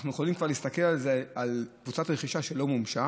אנחנו יכולים להסתכל על זה כקבוצת רכישה שלא מומשה,